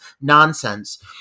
nonsense